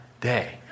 day